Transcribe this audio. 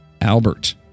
Albert